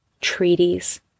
treaties